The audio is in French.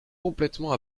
complètement